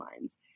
lines